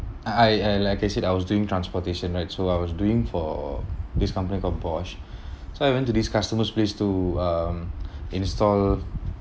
I I like I said I was doing transportation right so I was doing for this company called Bosch so I went to this customer's place to um install